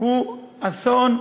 הוא אסון,